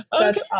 Okay